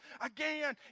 again